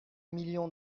million